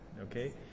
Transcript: Okay